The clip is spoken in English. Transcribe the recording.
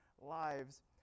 lives